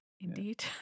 indeed